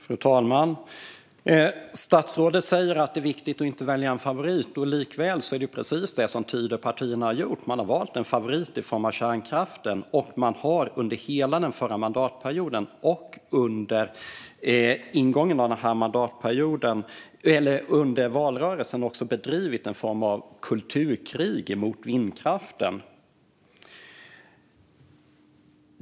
Fru talman! Statsrådet säger att det är viktigt att inte välja en favorit. Likväl är det precis det som Tidöpartierna har gjort. De har valt en favorit i form av kärnkraften, och de har under hela den förra mandatperioden och under valrörelsen bedrivit en form av kulturkrig mot vindkraften.